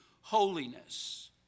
holiness